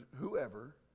whoever